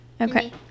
Okay